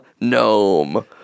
gnome